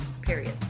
period